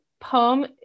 poem